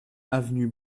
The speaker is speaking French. avenue